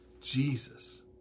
Jesus